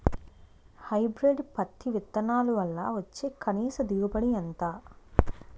Hybrid పత్తి విత్తనాలు వల్ల వచ్చే కనీస దిగుబడి ఎంత?